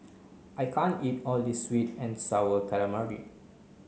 I can't eat all this sweet and sour calamari